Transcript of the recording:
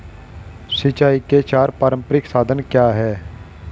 सिंचाई के चार पारंपरिक साधन क्या हैं?